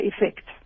effect